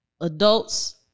adults